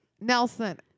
Nelson